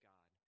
God